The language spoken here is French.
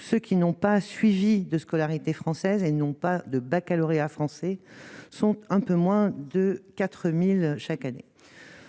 ceux qui n'ont pas suivi de scolarité française et non pas le Baccalauréat français sont un peu moins de 4000 chaque année,